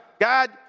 God